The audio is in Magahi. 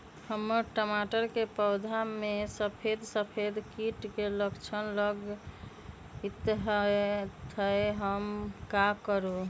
हमर टमाटर के पौधा में सफेद सफेद कीट के लक्षण लगई थई हम का करू?